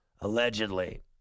allegedly